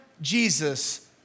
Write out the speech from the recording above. Jesus